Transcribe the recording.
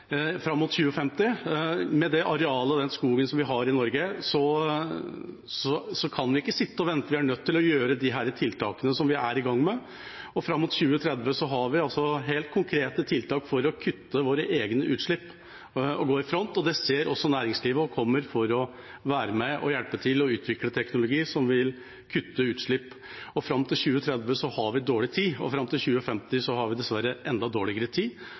fram mot 2050. Med det arealet og den skogen vi har i Norge, kan vi ikke sitte og vente. Vi er nødt til å gjøre disse tiltakene som vi er i gang med. Fram mot 2030 har vi helt konkrete tiltak for å kutte våre egne utslipp og gå i front. Det ser også næringslivet og kommer for å være med og hjelpe å utvikle teknologi som vil kutte utslipp. Fram til 2030 har vi dårlig tid, og fram til 2050 har vi dessverre enda dårligere tid.